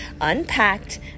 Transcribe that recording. unpacked